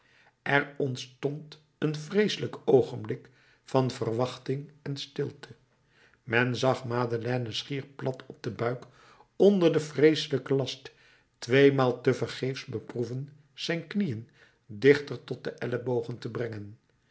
er ontstond een vreeselijk oogenblik van verwachting en stilte men zag madeleine schier plat op den buik onder den vreeselijken last tweemaal tevergeefs beproeven zijn knieën dichter tot zijn ellebogen te brengen